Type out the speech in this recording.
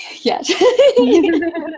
Yes